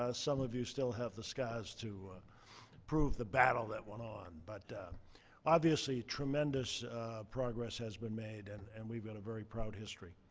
ah some of you still have the scars to prove the battle that went on, but obviously tremendous progress has been made and and we've got a very proud history.